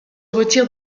retire